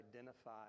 identify